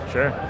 Sure